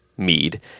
mead